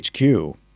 HQ